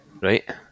Right